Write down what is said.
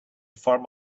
form